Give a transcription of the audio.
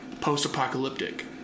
post-apocalyptic